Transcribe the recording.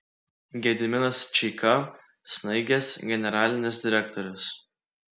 gediminas čeika snaigės generalinis direktorius